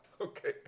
Okay